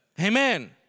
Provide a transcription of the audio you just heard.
Amen